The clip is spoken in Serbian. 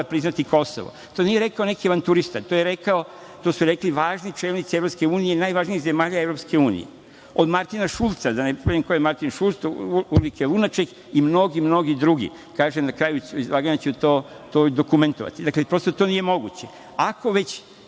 priznati Kosovo. To nije rekao neki avanturista, to su rekli važni čelnici EU, najvažnijih zemalja EU, od Martina Šulca, da ne govorim ko je Martin Šulc, Ulrike Lunaček i mnogi, mnogi drugi. Na kraju izlaganja ću to i dokumentovati. Dakle, prosto to nije moguće. Ako već